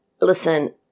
listen